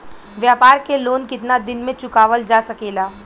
व्यापार के लोन कितना दिन मे चुकावल जा सकेला?